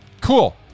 cool